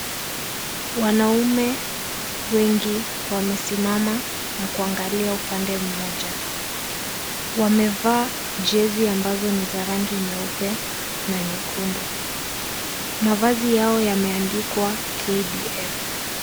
Wanaume wengi wamesimama na kuangalia upande mmoja. Wamevaa jezi ambazo ni za rangi nyeupe na nyekundu. Mavazi yao yameandikwa KDF.